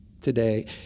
today